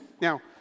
Now